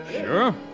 Sure